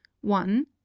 one